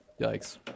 Yikes